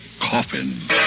Coffin